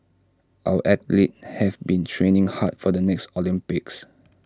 our athletes have been training hard for the next Olympics